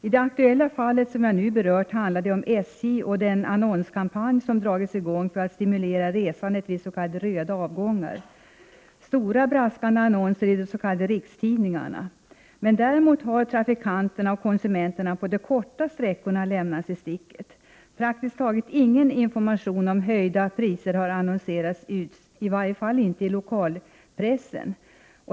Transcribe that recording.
I det aktuella fall som jag har berört handlar det om SJ och den annonskampanj som har dragits i gång för att stimulera resandet vid s.k. röda avgångar. Man kan nu se stora braskande annonser i de s.k. rikstidningarna. Däremot har trafikanterna och konsumenterna på de korta sträckorna lämnats i sticket. Praktiskt taget ingen information om höjda priser har annonserats —i varje fall inte i lokalpressen.